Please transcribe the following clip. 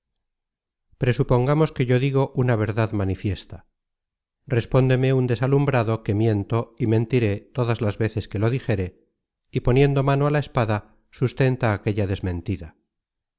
ejemplo presupongamos que yo digo una verdad manifiesta respóndeme un desalumbrado que miento y mentiré todas las veces que lo dijere y poniendo mano á la espada sustenta aquella desmentida